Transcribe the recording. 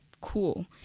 cool